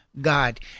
God